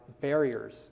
barriers